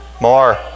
more